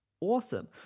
Awesome